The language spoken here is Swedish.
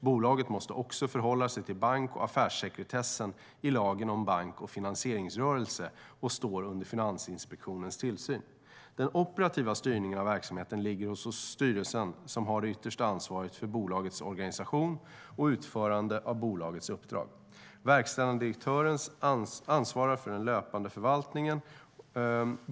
Bolaget måste också förhålla sig till bank och affärssekretessen i lagen om bank och finansieringsrörelse och står under Finansinspektionens tillsyn. Den operativa styrningen av verksamheten ligger hos styrelsen som har det yttersta ansvaret för bolagets organisation och utförande av bolagets uppdrag. Verkställande direktören ansvarar för den löpande förvaltningen.